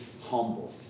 humble